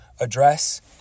address